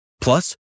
Plus